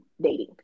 dating